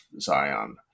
Zion